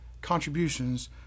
contributions